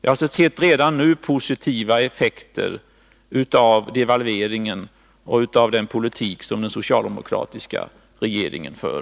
Nu kan man se positiva effekter av devalveringen och av den politik som den socialdemokratiska regeringen för.